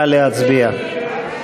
נא להצביע.